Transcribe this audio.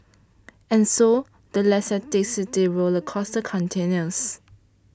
and so the Leicester City roller coaster continues